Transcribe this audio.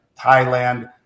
Thailand